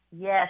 Yes